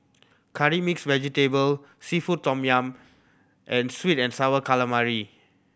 Curry Mixed Vegetable seafood tom yum and sweet and Sour Calamari